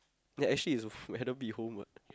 ya actually is a haven't be home what